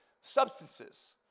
substances